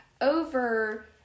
over